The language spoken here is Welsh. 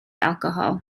alcohol